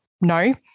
No